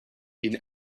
its